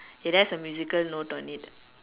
it has a musical note on it